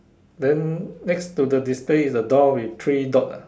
then next to the display is a door with three dot ah